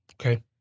Okay